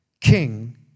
king